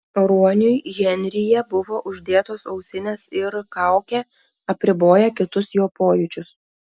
ruoniui henryje buvo uždėtos ausinės ir kaukė apriboję kitus jo pojūčius